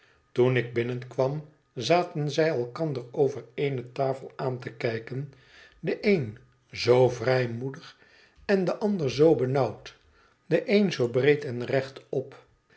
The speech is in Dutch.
toen ik binnenkwam zaten zij elkander over eene tafel aan te kijken de een zoo vrijmoedig en de ander zoo benauwd de een zoo breed en rechtop